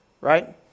right